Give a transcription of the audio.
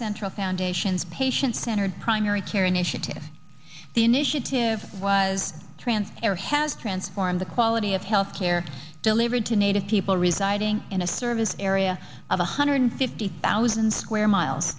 central foundation's patient centered primary care initiative the initiative was trans air has transformed the quality of healthcare delivered to native people residing in a service area of one hundred fifty thousand square miles